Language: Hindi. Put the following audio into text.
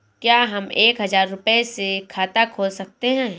क्या हम एक हजार रुपये से खाता खोल सकते हैं?